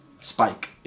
Spike